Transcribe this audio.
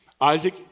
Isaac